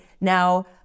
now